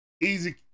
Easy